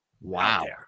Wow